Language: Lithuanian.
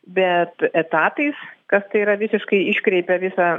bet etatais kas tai yra visiškai iškreipia visą